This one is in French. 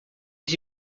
les